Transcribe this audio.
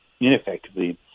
ineffectively